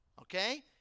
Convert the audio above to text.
Okay